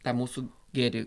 tą mūsų gėrį